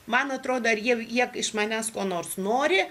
man atrodo ar jie jie iš manęs ko nors nori